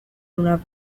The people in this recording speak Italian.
una